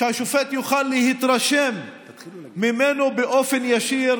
שהשופט יוכל להתרשם ממנו באופן ישיר,